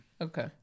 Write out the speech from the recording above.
Okay